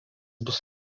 bus